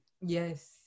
Yes